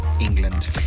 England